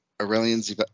Aurelian's